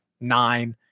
nine